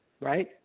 Right